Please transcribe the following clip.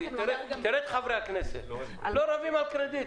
תראה את חברי הכנסת, לא רבים על קרדיט.